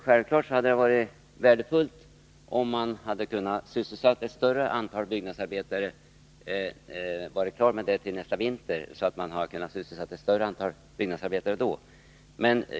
Självfallet hade det varit värdefullt om man hade kunnat bli klar med detta till nästa vinter för att kunna sysselsätta ett större antal byggnadsarbetare då.